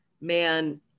man